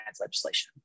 legislation